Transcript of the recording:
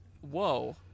whoa